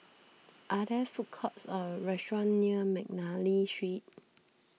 are there food courts or restaurants near McNally Street